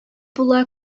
була